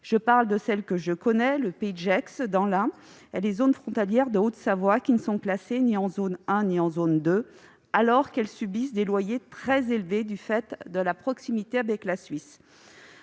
Je pense à celle que je connais, le pays de Gex, dans l'Ain, ou aux zones frontalières de Haute-Savoie, qui ne sont classées ni en zone 1 ni en zone 2, alors qu'elles subissent des loyers très élevés du fait de leur proximité avec la Suisse.